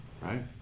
right